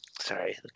Sorry